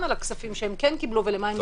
לקבל הכספים שהם כן קיבלו ולמה הם השתמשו בהם.